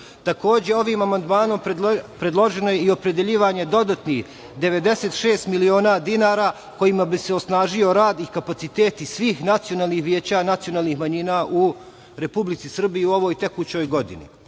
ovim amandmanom predloženo je i opredeljivanje dodatnih 96 miliona dinara kojima bi se osnažio rad i kapaciteti svih nacionalnih veća nacionalnih manjina u Republici Srbiji u ovoj tekućoj godini. Bez